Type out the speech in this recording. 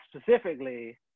specifically